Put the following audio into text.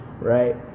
right